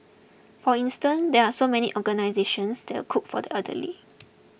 for instance there are so many organisations that cook for the elderly